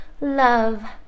love